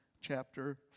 chapter